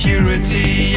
purity